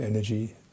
Energy